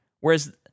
Whereas